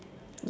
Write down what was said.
yes